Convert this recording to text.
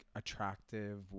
attractive